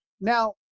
Now